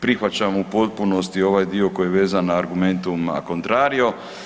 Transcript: Prihvaćam u potpunosti ovaj dio koji je vezan argumentum acontrario.